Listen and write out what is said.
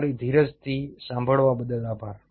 તમારી ધીરજથી સાંભળવા બદલ આભાર